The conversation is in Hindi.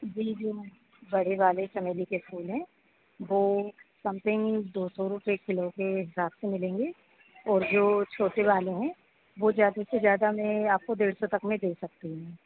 जी जी हाँ बड़े वाले चमेली के फूल हैं वो समथिंग दो सौ रुपए किलो के हिसाब से मिलेंगे और जो छोटे वाले हैं वो ज्यादे से ज्यादा मैं आपको डेढ़ सौ तक में दे सकती हूँ